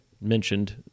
mentioned